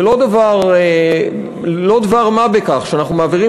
זה לא דבר של מה בכך שאנחנו מעבירים